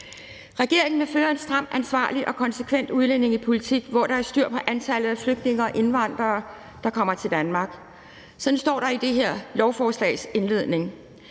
»Regeringen vil føre en stram, ansvarlig og konsekvent udlændingepolitik, hvor der er styr på antallet af flygtninge og indvandrere, som kommer til Danmark.« Sådan står der i det her lovforslags indledning.